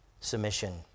Submission